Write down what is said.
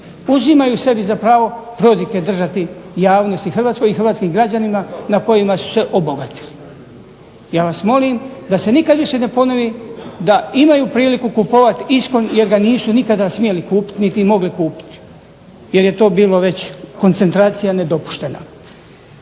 uzimaju sebi za pravo prodike držati javnosti hrvatskoj i hrvatskim građanima na kojima su se obogatili. Ja vas molim da se nikad više ne ponovi da imaju priliku kupovati ISKON jer ga nisu nikada smjeli kupiti niti mogli kupiti, jer je to bilo već koncentracija nedopuštena.